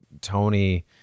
Tony